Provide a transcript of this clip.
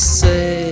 say